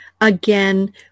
again